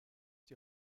die